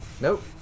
Nope